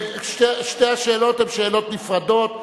ושתי השאלות הן שאלות נפרדות,